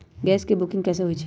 Gas के booking कैसे होईछई?